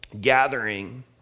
gathering